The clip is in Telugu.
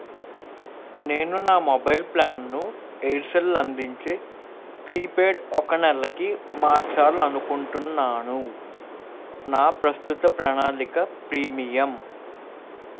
నేను నా మొబైల్ ప్లాన్ను ఎయిర్సెల్ అందించే ప్రీపెయిడ్ ఒక నెలకి మార్చాలనుకుంటున్నాను నా ప్రస్తుత ప్రణాళిక ప్రీమియం